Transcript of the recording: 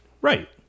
right